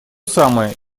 самое